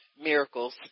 miracles